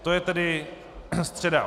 To je tedy středa.